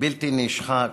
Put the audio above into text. בלתי נשחק,